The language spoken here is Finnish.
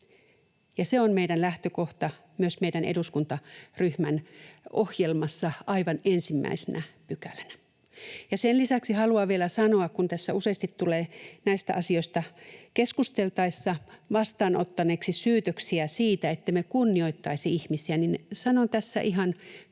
se on meidän lähtökohta myös meidän eduskuntaryhmän ohjelmassa aivan ensimmäisenä pykälänä. Ja sen lisäksi haluan vielä sanoa, kun tässä useasti tulee näistä asioista keskusteltaessa vastaanottaneeksi syytöksiä siitä, ettemme kunnioittaisi ihmisiä, niin sanon tässä ihan tämän